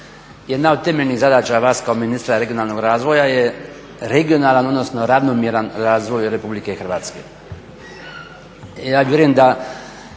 jedna od temeljnih zadaća vas kao ministra regionalnog razvoja je regionalan odnosno ravnomjeran razvoj Republike Hrvatske. Ja vjerujem da